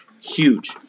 huge